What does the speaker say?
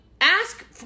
ask